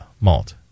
malt